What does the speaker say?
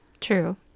True